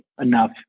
enough